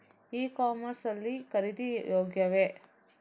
E commerce ಲ್ಲಿ ಖರೀದಿ ಯೋಗ್ಯವೇ?